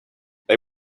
they